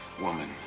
woman